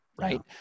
right